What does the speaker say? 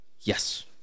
yes